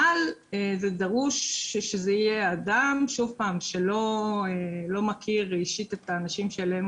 אבל דרוש שיהיה אדם שלא מכיר אישית את האנשים שאליהם